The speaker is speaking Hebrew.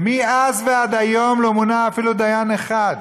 מאז ועד היום לא מונה אפילו דיין אחד.